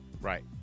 Right